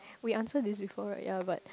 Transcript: we answer this before right ya but